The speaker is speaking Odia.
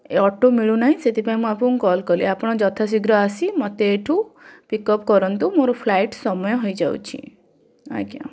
ଏ ଅଟୋ ମିଳୁନାହିଁ ସେଥିପାଇଁ ମୁଁ ଆପଣଙ୍କୁ କଲ୍ କଲି ଆପଣ ଯଥା ଶୀଘ୍ର ଆସି ମୋତେ ଏଠୁ ପିକ୍ ଅପ୍ କରନ୍ତୁ ମୋର ଫ୍ଲାଇଟ୍ ସମୟ ହେଇଯାଉଛି ଆଜ୍ଞା